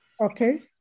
Okay